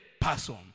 person